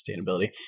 sustainability